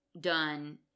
done